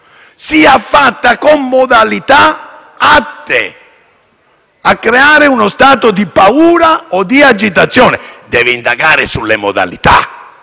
sia fatta con modalità atte a creare uno stato di paura o di agitazione. Deve indagare sulle modalità,